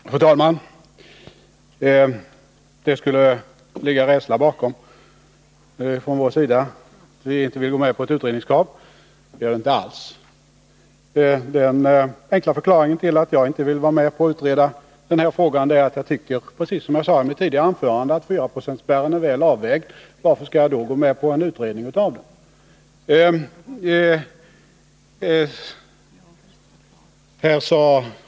Nr 27 Fru talman! Det skulle ligga rädsla bakom det förhållandet att vi inte vill gå Onsdagen den med på ett utredningskrav, enligt Hans Petersson. Det gör det inte alls. Den 19 november 1980 enkla förklaringen till att jag inte vill vara med på att utreda den här frågan = är, precis som jag sade i mitt förra anförande, att jag tycker att Vissa grundlags 4-procentsspärren är väl avvägd. Varför skall jag då gå med på en utredning frågor av den?